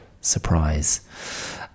surprise